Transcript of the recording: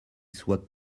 soit